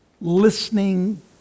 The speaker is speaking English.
Listening